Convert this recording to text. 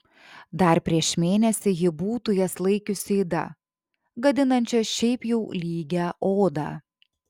dar prieš mėnesį ji būtų jas laikiusi yda gadinančia šiaip jau lygią odą